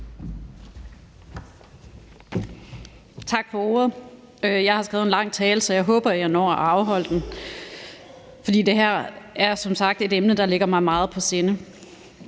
Tak for ordet. Jeg har skrevet en lang tale, så jeg håber, jeg når at holde den, for det her er som sagt et emne, der ligger mig meget på sinde.